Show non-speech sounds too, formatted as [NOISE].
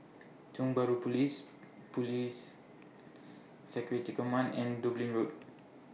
Tiong Bahru Police Police [NOISE] Security Command and Dublin Road